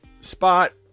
spot